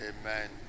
Amen